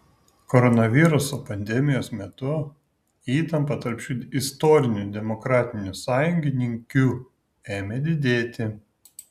koronaviruso pandemijos metu įtampa tarp šių istorinių demokratinių sąjungininkių ėmė didėti